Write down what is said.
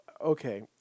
Okay